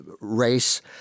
race